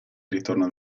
ritorna